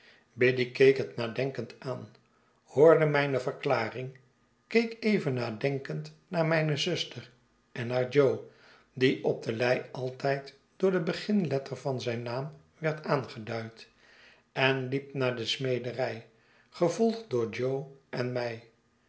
nadenkend aan hoorde mijne verklaring keek even nadenkend naar mijne zuster en naar jo die op de lei altijd door de beginletter van zijn naam werd aangeduid en liep naar de smederij gevolgd door jo en mi